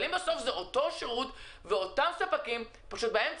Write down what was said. אבל אם זה בסוף אותו שירות ואותם ספקים כשבאמצע